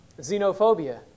xenophobia